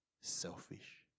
selfish